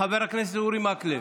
חבר הכנסת אורי מקלב,